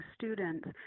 students